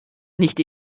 nicht